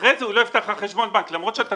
אחרי זה הוא לא יפתח לך חשבון בנק למרות שאתה